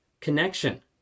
connection